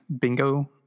bingo